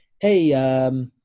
hey